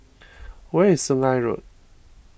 where is Sungei Road